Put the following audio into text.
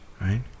right